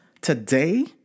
today